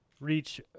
reach